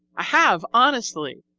i have honestly.